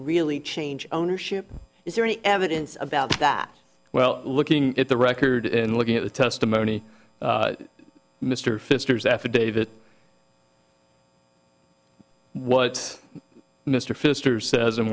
really change ownership is there any evidence about that well looking at the record in looking at the testimony mr fiskars affidavit what mr pfister says and